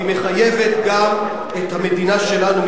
והיא מחייבת גם את המדינה שלנו,